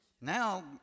Now